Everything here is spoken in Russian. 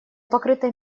покрытой